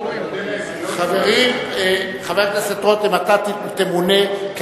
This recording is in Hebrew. אתה נותן להם